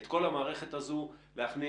את כל המערכת הזאת להכניס.